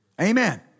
Amen